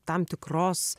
tam tikros